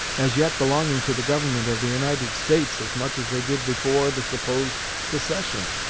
as yet belonging to the government of the united states as much as they did before the supposed secession.